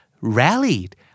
rallied